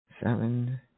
seven